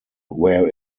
where